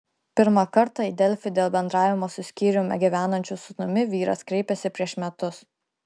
pirmą kartą į delfi dėl bendravimo su skyrium gyvenančiu sūnumi vyras kreipėsi prieš metus